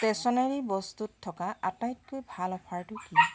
stationery বস্তুত থকা আটাইতকৈ ভাল অফাৰটো কি